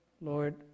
Lord